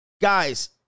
Guys